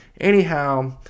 anyhow